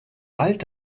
bald